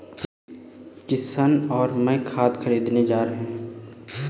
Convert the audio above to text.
किशन और मैं खाद खरीदने जा रहे हैं